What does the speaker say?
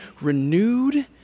renewed